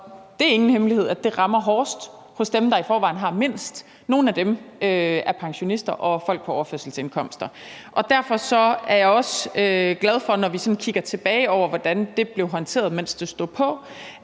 Det er ingen hemmelighed, at det rammer hårdest hos dem, der i forvejen har mindst. Nogle af dem er pensionister og folk på overførselsindkomster. Derfor er jeg også, når vi sådan kigger tilbage, glad for, hvordan det blev håndteret, mens det stod på.